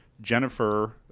Jennifer